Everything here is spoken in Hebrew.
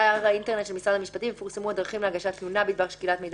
של משרד המשפטים יפורסמו הדרכים להגשת תלונה בדבר שקילת מידע